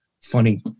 funny